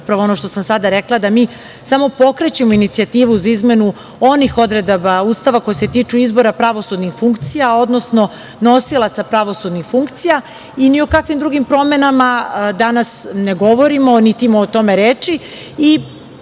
upravo ono što sam sada rekla, da mi samo pokrećemo inicijativu za izmenu onih odredaba Ustava, koji se tiču izbora pravosudnih funkcija, odnosno nosilaca pravosudnih funkcija i ni o kakvim drugim promenama danas ne govorimo, niti ima o tome reči. Tu